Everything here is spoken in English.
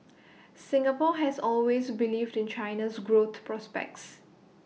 Singapore has always believed in China's growth prospects